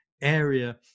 area